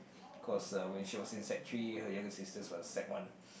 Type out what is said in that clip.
cause uh when she was in sec three her younger sisters were sec one